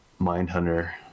Mindhunter